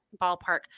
ballpark